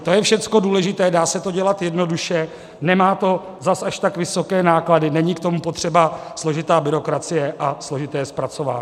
To je všechno důležité, dá se to dělat jednoduše, nemá to zas až tak vysoké náklady, není k tomu potřeba složitá byrokracie a složité zpracování.